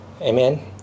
Amen